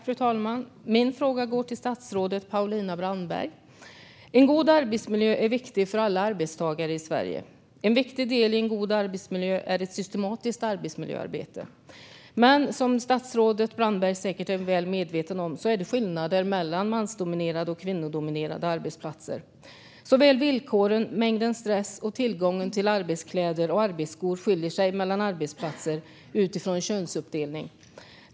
Fru talman! Min fråga går till statsrådet Paulina Brandberg. En god arbetsmiljö är viktig för alla arbetstagare i Sverige, och en viktig del i en god arbetsmiljö är ett systematiskt arbetsmiljöarbete. Som statsrådet Brandberg säkert är väl medveten om finns det skillnader mellan mansdominerade och kvinnodominerade arbetsplatser. Såväl villkoren som mängden stress och tillgången till arbetskläder och arbetsskor skiljer sig åt mellan arbetsplatser utifrån könsuppdelning.